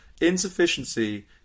insufficiency